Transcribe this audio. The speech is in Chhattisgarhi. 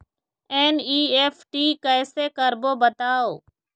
एन.ई.एफ.टी कैसे करबो बताव?